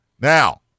Now